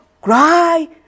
cry